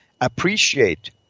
Appreciate